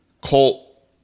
Colt